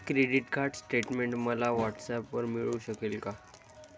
Credit card statement मला व्हॉट्सऍपवर मिळू शकेल का?